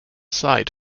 sight